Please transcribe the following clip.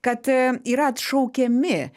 kad yra atšaukiami